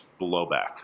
blowback